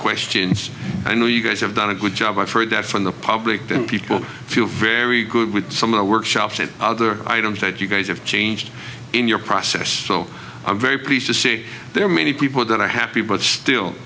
questions i know you guys have done a good job i've heard that from the public do people feel very good with some of the workshops and other items that you guys have changed in your process so i'm very pleased to see there are many people going to happy but still